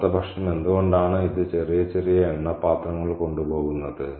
അല്ലാത്തപക്ഷം എന്തുകൊണ്ടാണ് ഇത് ചെറിയ എണ്ണ പാത്രങ്ങൾ കൊണ്ടുപോകുന്നത്